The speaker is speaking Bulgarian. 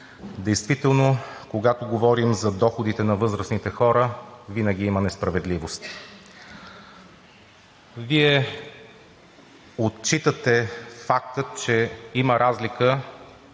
Действително, когато говорим за доходите на възрастните хора, винаги има несправедливости. Вие отчитате факта, че има разлика